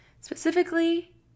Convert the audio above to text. Specifically